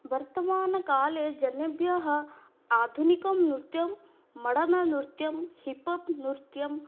वर्तमानकाले जनेभ्यः आधुनिकं नृत्यं मडर्ननृत्यं हिपप्नृत्यं